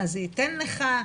מה זה ייתן לך,